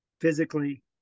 physically